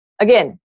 again